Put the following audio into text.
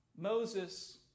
Moses